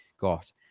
got